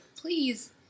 please